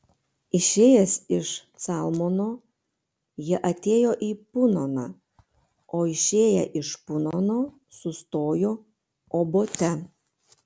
išėję iš calmono jie atėjo į punoną o išėję iš punono sustojo obote